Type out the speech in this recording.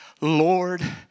Lord